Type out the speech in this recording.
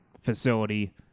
facility